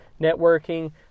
networking